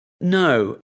no